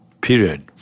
period